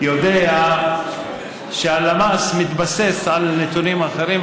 יודע שהלמ"ס מתבסס על נתונים אחרים,